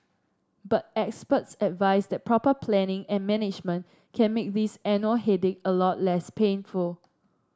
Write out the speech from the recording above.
but experts advise that proper planning and management can make this annual headache a lot less painful